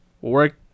work